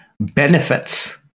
benefits